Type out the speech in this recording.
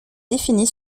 définie